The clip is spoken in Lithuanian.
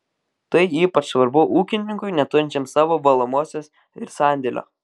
tai ypač svarbu ūkininkui neturinčiam savo valomosios ir sandėlio